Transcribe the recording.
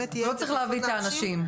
לא צריך להביא את האנשים.